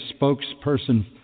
spokesperson